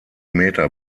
meter